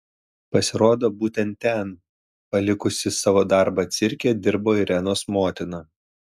pasirodo būtent ten palikusi savo darbą cirke dirbo irenos motina